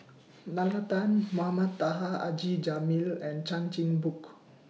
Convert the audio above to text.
Nalla Tan Mohamed Taha Haji Jamil and Chan Chin Bock